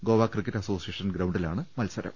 Goa cricket association ഗ്രൌണ്ടിലാണ് മത്സരം